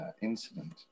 incident